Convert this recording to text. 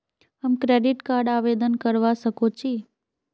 हम credit card आवेदन करवा संकोची?